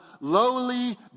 lowly